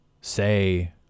say